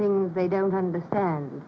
things they don't understand